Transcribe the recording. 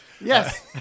Yes